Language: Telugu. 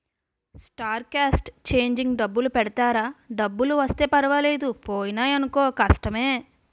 స్టార్ క్యాస్ట్ చేంజింగ్ డబ్బులు పెడతారా డబ్బులు వస్తే పర్వాలేదు పోయినాయనుకో కష్టమే